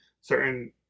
certain